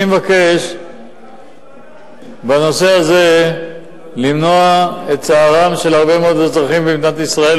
אני מבקש בנושא הזה למנוע את צערם של הרבה מאוד אזרחים במדינת ישראל,